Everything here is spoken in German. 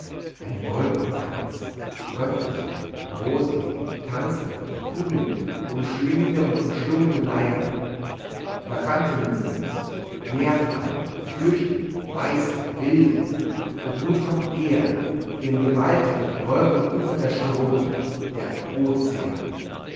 ein wolkentanz göttliche rosige tanzende kugelnde umschlingende und umschlungene leiber bacchantinnen sind's meerfrauen flüchtend weiße wilde und nun kommt er wie ein gewaltiger wolkenumuferter strom der ozean